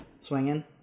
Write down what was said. swinging